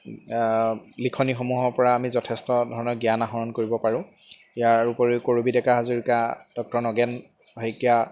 লিখনিসমূহৰ পৰা আমি যথেষ্ট ধৰণৰ জ্ঞান আহৰণ কৰিব পাৰোঁ ইয়াৰ উপৰিও কৰবী ডেকা হাজৰিকা ডক্টৰ নগেন শইকীয়া